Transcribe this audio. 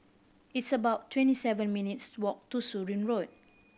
it's about twenty seven minutes' walk to Surin Road